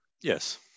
Yes